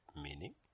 meaning